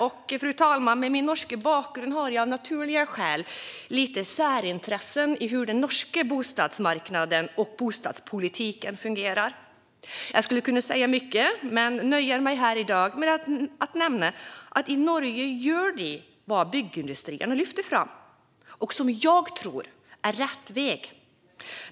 Och, fru talman, med min norska bakgrund har jag av naturliga skäl lite särintressen i hur den norska bostadsmarknaden och bostadspolitiken fungerar. Jag skulle kunna säga mycket men nöjer mig här i dag med att nämna att i Norge gör de vad byggindustrierna lyfter fram och som jag tror är rätt väg.